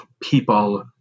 people